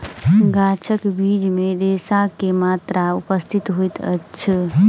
गाछक बीज मे रेशा के मात्रा उपस्थित होइत अछि